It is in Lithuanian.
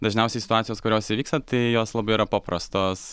dažniausiai situacijos kurios įvyksta tai jos labai yra paprastos